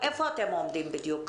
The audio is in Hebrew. איפה אתם עומדים בדיוק?